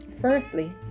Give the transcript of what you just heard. firstly